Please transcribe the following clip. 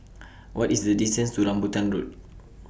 What IS The distance to Rambutan Road